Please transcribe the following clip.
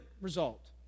result